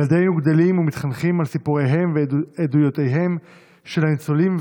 ילדינו גדלים ומתחנכים על סיפוריהם ועדויותיהם של הניצולים,